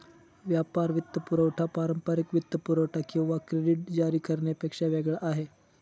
व्यापार वित्तपुरवठा पारंपारिक वित्तपुरवठा किंवा क्रेडिट जारी करण्यापेक्षा वेगळा आहे